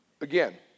again